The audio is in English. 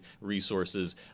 resources